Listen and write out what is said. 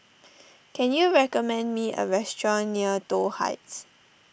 can you recommend me a restaurant near Toh Heights